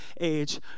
age